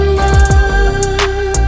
love